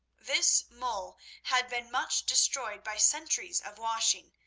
this mole had been much destroyed by centuries of washing,